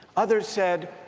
others said